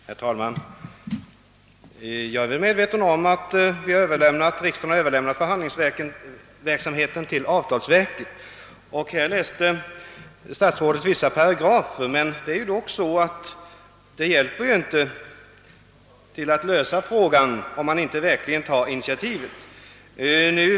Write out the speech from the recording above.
Herr talman! Jag är väl medveten om att riksdagen överlämnat förhandlingsverksamheten till avtalsverket. Statsrådet läste upp vissa paragrafer ur verkets instruktion, men dessa kan ändå inte medverka till att lösa den aktuella frågan, om inget initiativ tas.